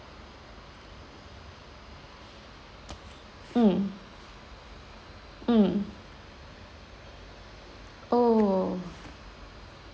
mm mm oh